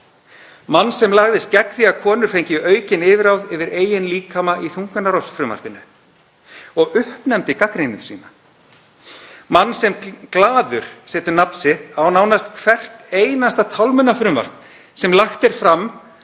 Mann sem lagðist gegn því að konur fengju aukin yfirráð yfir eigin líkama í þungunarrofsfrumvarpinu og uppnefndi gagnrýnendur sína, mann sem glaður setur nafn sitt á nánast hvert einasta tálmunarfrumvarp sem lagt er fram